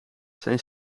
zijn